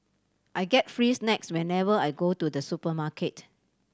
I get free snacks whenever I go to the supermarket